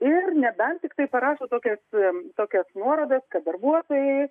ir nebent tiktai parašo tokias tokias nuorodas kad darbuotojai